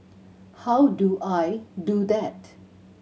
how do I do that